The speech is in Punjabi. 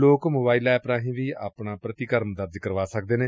ਲੋਕ ਮੋਬਾਈਲ ਐਪ ਰਾਹੀਂ ਵੀ ਆਪਣਾ ਪੁਤੀਕਰਮ ਦਰਜ ਕਰਵਾ ਸਕਦੇ ਨੇ